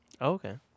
Okay